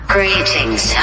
Greetings